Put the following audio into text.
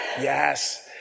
Yes